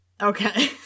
okay